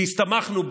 כי הסתמכנו,